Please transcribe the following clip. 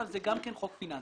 אבל זה גם כן חוק פיננסי.